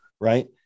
right